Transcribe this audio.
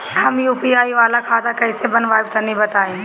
हम यू.पी.आई वाला खाता कइसे बनवाई तनि बताई?